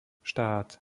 štát